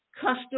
customer